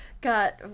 got